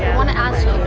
want to ask